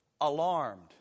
alarmed